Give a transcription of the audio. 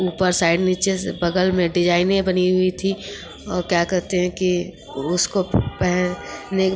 ऊपर साइड नीचे से बग़ल में डिज़ाइनें बनी हुई थी क्या कहते हैं कि उसको पेहेंने